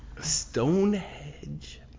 Stonehenge